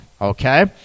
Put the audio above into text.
Okay